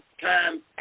time